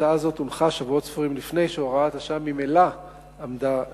הצעה זאת הונחה שבועות ספורים לפני שהוראת השעה ממילא עמדה לפקוע,